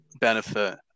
benefit